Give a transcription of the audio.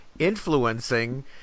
influencing